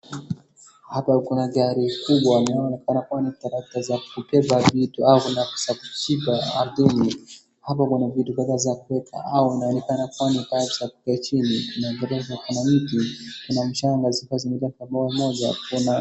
Hapa kuna gari kubwa. Unaonekana kwa ni kazi ya kubeba vitu au ni ya kusafirisha arthini. Hapa kuna vitu kadhaa za kuweka au unaonekana kwa ni pipes za kuweka chini. Na gari ziko na miti, kuna mchanga zikuwa zimejaa pamoja.